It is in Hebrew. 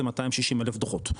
זה 260000 דוחות.